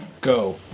go